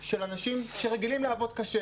של אנשים שרגילים לעבוד קשה.